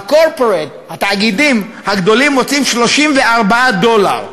ה-corporate, התאגידים הגדולים, מוציאים 34 דולר.